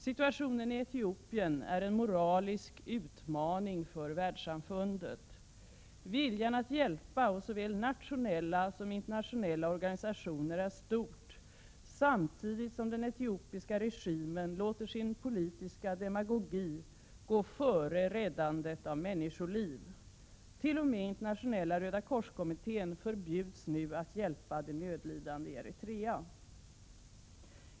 Situationen i Etiopien är en moralisk utmaning för världssamfundet. Viljan att hjälpa hos såväl nationella som internationella organisationer är stor, samtidigt som den etiopiska regimen låter sin politiska demagogi gå före räddandet av människoliv. T.o.m. Internationella röda kors-kommittén förbjuds nu att hjälpa de nödlidande i Eritrea.